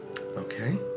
Okay